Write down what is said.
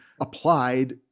applied